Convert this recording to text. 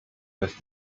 dass